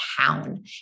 town